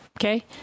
okay